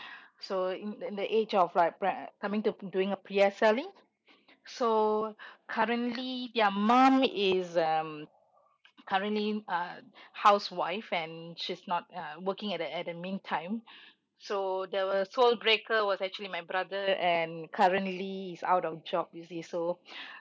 so in in the age of like prim~ coming to doing uh P_L_S_E so currently their mum is um currently a housewife and she's not uh working at the at the mean time so their sole breaker was actually my brother and currently is out of job you see so